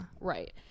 right